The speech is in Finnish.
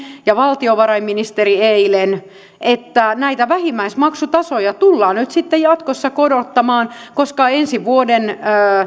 ja valtiovarainministeri eilen että näitä vähimmäismaksutasoja tullaan nyt sitten jatkossa korottamaan koska ensi vuoden